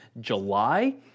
July